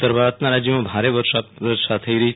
ઉત ર ભારતના રાજયોમાં ભારે બરફ વર્ષા થઈ રહી છે